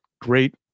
great